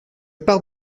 pars